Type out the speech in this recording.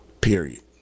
Period